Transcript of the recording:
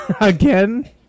Again